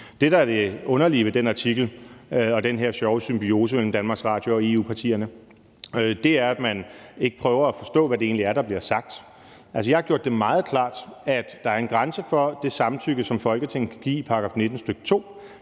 Det, der er det underlige ved den artikel og den her sjove symbiose imellem DR og EU-partierne, er, at man ikke prøver at forstå, hvad det egentlig er, der bliver sagt. Altså, jeg har gjort det meget klart, at der er en grænse for det samtykke, som Folketinget kan give ifølge § 19, stk. 2,